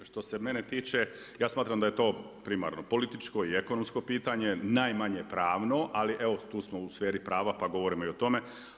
Što se mene tiče ja smatram da je to primarno političko i ekonomsko pitanje, najmanje pravno ali evo tu smo u sferi prava pa govorimo i o tome.